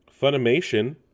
funimation